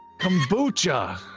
Kombucha